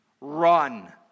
Run